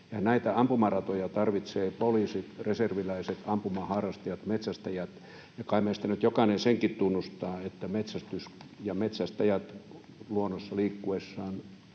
näitä ampumaratoja tarvitsevat poliisit, reserviläiset, ampumaharrastajat, metsästäjät. Ja kai meistä nyt jokainen senkin tunnustaa, että metsästäjät luonnossa liikkuessaan